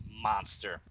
monster